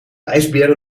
ijsbeerde